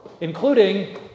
Including